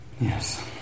Yes